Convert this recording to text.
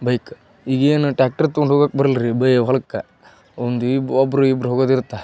bike ಈಗೇನು tractor ತಗೊಂಡು ಹೋಗಕ್ಕೆ ಬರಲ್ರೀ ಬೈ ಹೊಲಕ್ಕೆ ಒಂದು ಇಬ್ ಒಬ್ರು ಇಬ್ರು ಹೋಗೋದು ಇರುತ್ತೆ